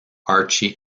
archie